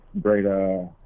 great